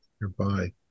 nearby